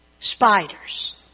spiders